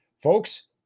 Folks